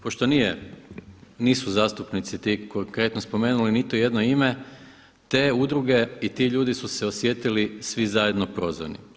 Pošto nisu zastupnici ti konkretno spomenuli niti u jedno ime, te udruge i ti ljudi su se osjetili svi zajedno prozvani.